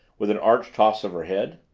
with an arch toss of her head.